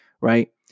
right